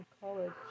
college